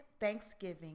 thanksgiving